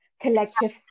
collective